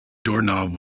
doorknob